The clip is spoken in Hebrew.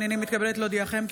הינני מתכבדת להודיעכם,